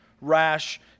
rash